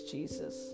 Jesus